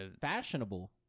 Fashionable